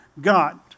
God